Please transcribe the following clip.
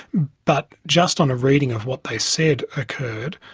but just on a reading of what they said occurred,